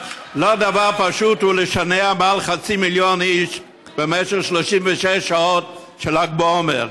לא דבר פשוט הוא לשנע מעל חצי מיליון איש במשך 36 שעות של ל"ג בעומר.